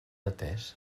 atés